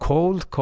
Cold